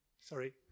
Sorry